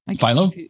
Philo